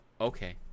okay